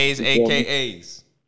AKA's